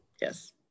Yes